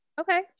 Okay